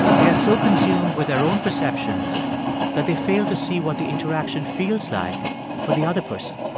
they are so consumed with their own perceptions that they fail to see what the interaction feels like for the other person.